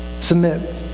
Submit